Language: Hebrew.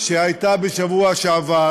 שהייתה בשבוע שעבר